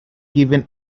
given